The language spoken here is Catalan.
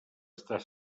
estar